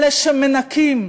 אלה שמנקים,